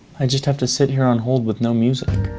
i just have to sit her on hold with no music.